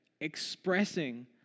expressing